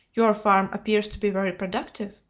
your farm appears to be very productive.